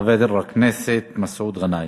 חבר הכנסת מסעוד גנאים.